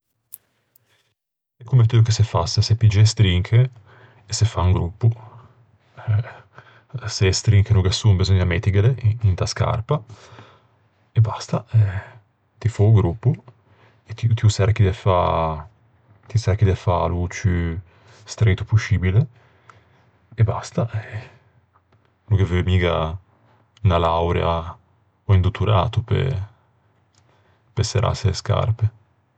Comme t'eu che fasse, se piggia e strinche e se fa un groppo. Se e strinche no ghe son beseugna mettighele, inta scarpa. E basta, eh. Se fâ o groppo. Ti ô çerchi de fâ... Ti çerchi de fâlo o ciù streito poscibile e basta. No gh'é veu miga unna laurea ò un dottorato pe serrâse e scarpe.